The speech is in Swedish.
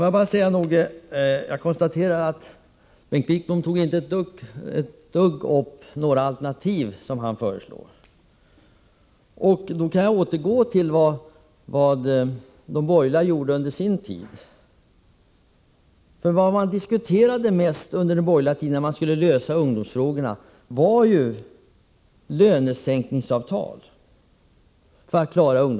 Jag konstaterar att Bengt Wittbom inte tog upp några alternativa förslag. Jag kan då återgå till vad de borgerliga gjorde under sin tid i regeringsställning. Vad man diskuterade mest under den borgerliga regeringstiden när man skulle lösa ungdomsarbetslösheten var lönesänkningsavtal.